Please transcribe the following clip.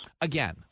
again